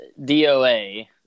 DOA